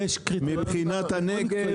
מבחינת הנגב,